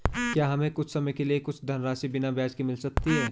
क्या हमें कुछ समय के लिए कुछ धनराशि बिना ब्याज के मिल सकती है?